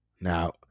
Now